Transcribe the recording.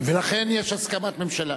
ולכן יש הסכמת הממשלה.